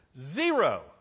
Zero